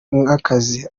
nk’akazi